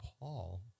Paul